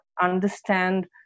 understand